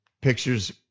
pictures